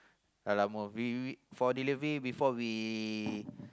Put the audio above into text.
we we for delivery before we